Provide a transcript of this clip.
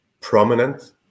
prominent